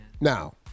Now